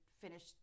finish